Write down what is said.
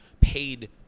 paid